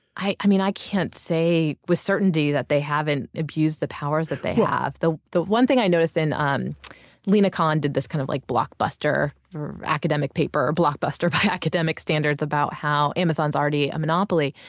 i i mean, i can't say with certainty that they haven't abused the powers that they have. the the one thing i noticed in. um lina khan did this kind of like blockbuster academic paper, blockbuster by academic standards about how amazon's already a monopoly.